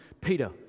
Peter